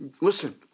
Listen